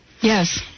Yes